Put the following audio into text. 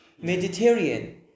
Mediterranean